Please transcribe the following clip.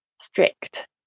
strict